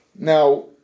Now